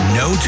no